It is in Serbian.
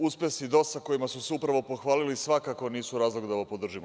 Uspesi DOS-a kojima su se upravo pohvalili svakako nisu razlog da ovo podržimo.